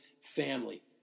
family